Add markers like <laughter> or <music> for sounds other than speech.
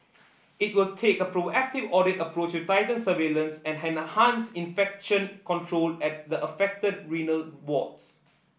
it will take a proactive audit approach to tighten surveillance and <unintelligible> enhance infection control at the affected renal wards